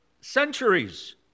centuries